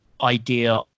idea